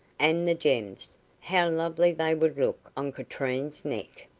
and the gems how lovely they would look on katrine's neck!